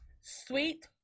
Sweet